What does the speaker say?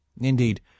indeed